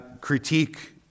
critique